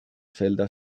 zelda